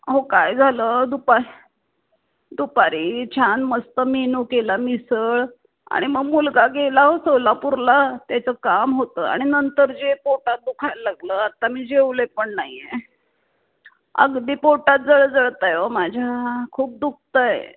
अहो काय झालं दुपा दुपारी छान मस्त मेनू केला मिसळ आणि मग मुलगा गेला अहो सोलापूरला त्याचं काम होतं आणि नंतर जे पोटात दुखायला लागलं आता मी जेवले पण नाही आहे अगदी पोटात जळजळत आहे अहो माझ्या खूप दुखत आहे